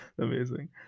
Amazing